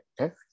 Okay